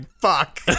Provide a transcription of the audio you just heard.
fuck